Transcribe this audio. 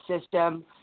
system